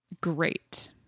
Great